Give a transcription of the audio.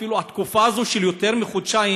התקופה הזאת של יותר מחודשיים,